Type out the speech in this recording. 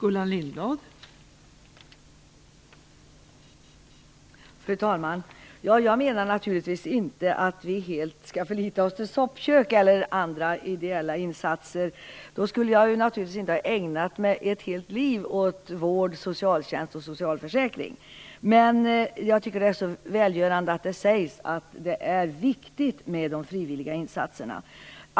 Fru talman! Jag menar naturligtvis inte att vi helt skall förlita oss till soppkök eller andra ideella insatser. Då skulle jag inte ha ägnat ett helt liv åt vård, socialtjänst och socialförsäkring. Men jag tycker att det är välgörande att man säger att det är viktigt med de frivilliga insatserna.